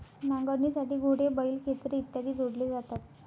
नांगरणीसाठी घोडे, बैल, खेचरे इत्यादी जोडले जातात